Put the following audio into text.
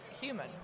human